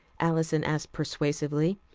alison asked persuasively.